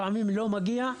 לפעמים לא מגיע,